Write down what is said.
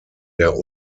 der